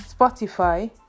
Spotify